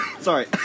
sorry